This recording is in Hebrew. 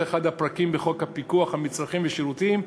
אחד הפרקים בחוק הפיקוח על מצרכים ושירותים,